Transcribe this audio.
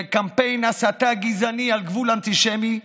בקמפיין הסתה גזעני, על גבול אנטישמי,